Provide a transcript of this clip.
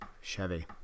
chevy